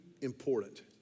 important